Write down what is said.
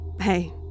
hey